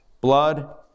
blood